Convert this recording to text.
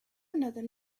another